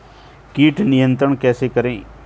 कीट नियंत्रण कैसे करें?